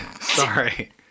Sorry